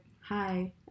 hi